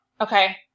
Okay